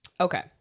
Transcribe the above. Okay